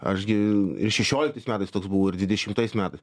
aš gi ir šešioliktais metais toks buvau ir dvidešimtais metais